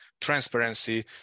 transparency